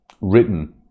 written